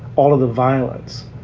all of the violence.